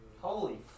Holy